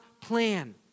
plan